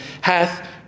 hath